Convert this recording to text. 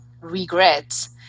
regrets